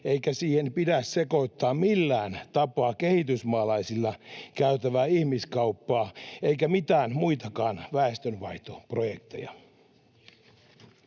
eikä siihen pidä sekoittaa millään tapaa kehitysmaalaisilla käytävää ihmiskauppaa eikä mitään muitakaan väestönvaihtoprojekteja.